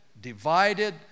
divided